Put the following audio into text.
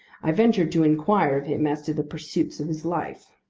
i ventured to inquire of him as to the pursuits of his life.